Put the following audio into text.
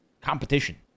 competition